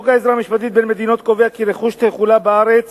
חוק עזרה משפטית בין מדינות קובע כי רכוש יחולט בארץ